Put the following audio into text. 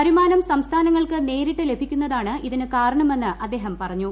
വരുമാനം സംസ്ഥാനങ്ങൾക്ക് നേരിട്ട് ലഭിക്കുന്നതാണ് ഇതിന് കാരണഭ്മന്ന് അദ്ദേഹം പറഞ്ഞു